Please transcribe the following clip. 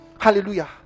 Hallelujah